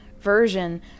version